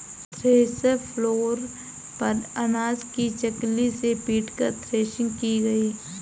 thresher floor पर अनाज को चकली से पीटकर थ्रेसिंग की गई